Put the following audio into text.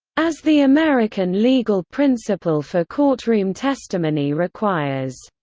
as the american legal principle for courtroom testimony requires.